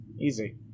easy